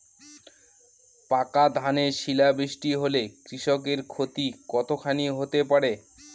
পাকা ধানে শিলা বৃষ্টি হলে কৃষকের ক্ষতি কতখানি হতে পারে?